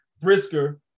Brisker